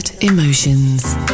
Emotions